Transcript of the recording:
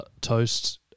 toast